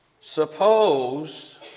Suppose